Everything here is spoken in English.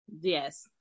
Yes